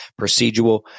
Procedural